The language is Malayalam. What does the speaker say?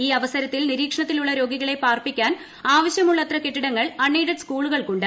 ഈ അവസരത്തിൽ നിരീക്ഷണത്തിലുള്ള രോഗികളെ പാർപ്പിക്കാൻ ആവശ്യമുള്ളത്ര കെട്ടിടങ്ങൾ അൺ എയ്ഡഡ് സ്കൂളുകൾക്കുണ്ട്